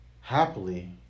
happily